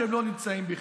שהם לא נמצאים בכלל.